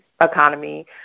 economy